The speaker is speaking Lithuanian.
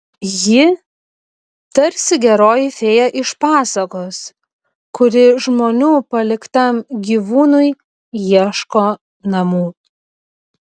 ji tarsi geroji fėja iš pasakos kuri žmonių paliktam gyvūnui ieško namų